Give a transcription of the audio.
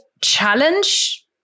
challenge